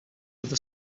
other